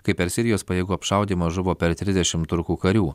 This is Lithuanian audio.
kai per sirijos pajėgų apšaudymą žuvo per trisdešim turkų karių